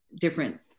different